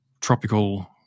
tropical